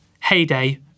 Heyday